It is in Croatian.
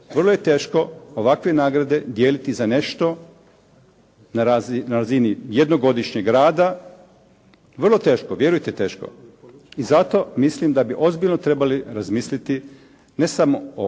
Vrlo je teško ovakve nagrade dijeliti za nešto na razini jednogodišnjeg rada. Vrlo teško, vjerujte teško i zato mislim da bi ozbiljno trebali razmisliti ne samo o